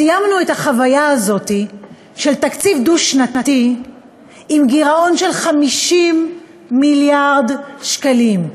סיימנו את החוויה הזאת של תקציב דו-שנתי עם גירעון של 50 מיליארד שקלים.